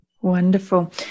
Wonderful